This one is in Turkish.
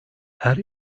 her